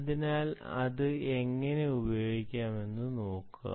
അതിനാൽ ഇത് എങ്ങനെ ഉപയോഗിക്കാമെന്ന് നോക്കുക